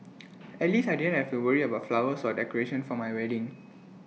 at least I didn't have to worry about flowers or decoration for my wedding